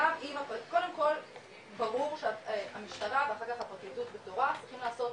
קודם כל ברור שהמשטרה ואחר כך הפרקליטות בתורה צריכים לעשות